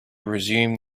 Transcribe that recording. resume